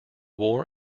war